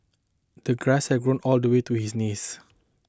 the grass had grown all the way to his knees